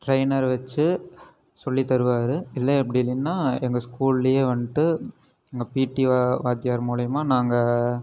trainer வச்சு சொல்லித்தருவார் இல்லை அப்படி இல்லைன்னா எங்கள் ஸ்கூல்லையே வந்துட்டு எங்கள் பீடி வாத்தியார் மூலயமா நாங்கள்